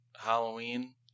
Halloween